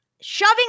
shoving